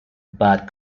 but